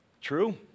True